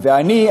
ואני,